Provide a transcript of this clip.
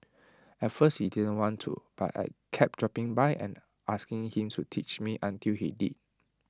at first he didn't want to but I kept dropping by and asking him to teach me until he did